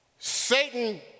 Satan